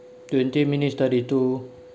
twenty minutes thirty two